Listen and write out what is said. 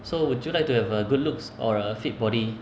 so would you like to have a good looks or a fit body